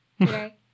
today